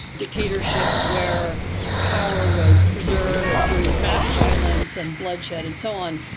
dictatorships where power was preserved through mass violence and bloodshed and so on.